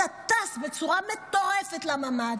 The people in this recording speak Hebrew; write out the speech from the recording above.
אתה טס בצורה מטורפת לממ"ד,